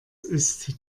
ist